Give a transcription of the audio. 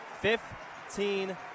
Fifteen